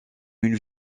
une